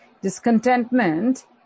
Discontentment